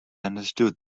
understood